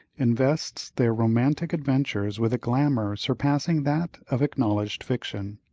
invests their romantic adventures with a glamour surpassing that of acknowledged fiction.